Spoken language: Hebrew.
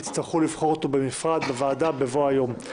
יצטרכו לבחור אותו בנפרד בוועדה בבוא היום.